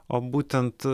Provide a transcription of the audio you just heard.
o būtent